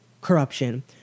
corruption